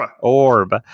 Orb